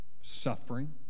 suffering